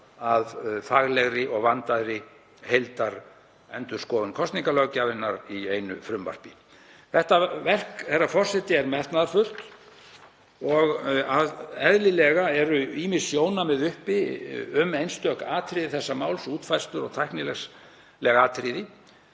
að faglegri og vandaðri heildarendurskoðun kosningalöggjafarinnar í einu frumvarpi. Herra forseti. Þetta verk er metnaðarfullt og eðlilega eru ýmis sjónarmið uppi um einstök atriði þessa máls, útfærslur og tæknileg atriði